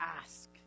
ask